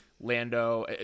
Lando